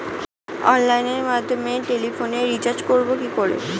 অনলাইনের মাধ্যমে টেলিফোনে রিচার্জ করব কি করে?